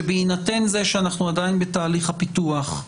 שבהינתן זה שאנחנו עדיין בתהליך הפיתוח,